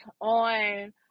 on